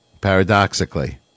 Paradoxically